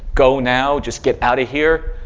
go now. just get out of here.